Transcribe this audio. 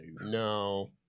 No